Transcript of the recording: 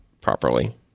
properly